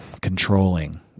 controlling